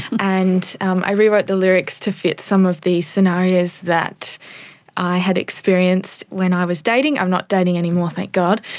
and i rewrote the lyrics to fit some of the scenarios that i had experienced when i was a dating. i'm not dating anymore, thank god.